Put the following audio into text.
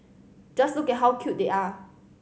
just look at how cute they are